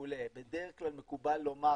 בדרך כלל מקובל לומר,